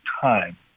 time